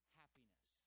happiness